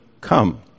come